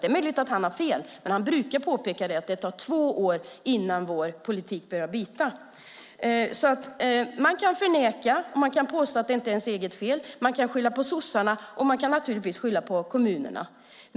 Det är möjligt att han har fel, men han brukar påpeka att det tar två år innan politiken börjar bita. Man kan alltså förneka, och man kan påstå att det inte är ens eget fel. Man kan skylla på sossarna och naturligtvis på kommunerna.